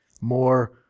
More